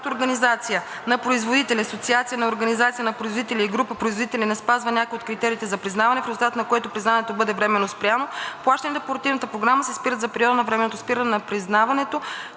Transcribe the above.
организация на производители, асоциация на организации на производители или група производители не спазва някой от критериите за признаване, в резултат на което признаването бъде временно спряно, плащанията по оперативната програма се спират за периода на временното спиране на признаването,